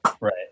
Right